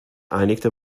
einigte